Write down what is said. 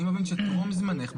אני מבין שטרום זמנך במשרד,